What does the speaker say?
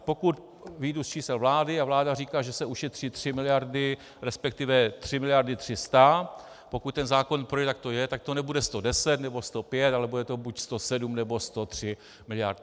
Pokud vyjdu z čísel vlády a vláda říká, že se ušetří 3 miliardy resp. 3,3 miliardy, pokud ten zákon projde, jak to je, tak to nebude 110 nebo 105, ale bude to buď 107, nebo 103 miliardy.